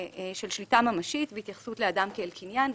שליטה ממשית והתייחסות לאדם כאל קניין.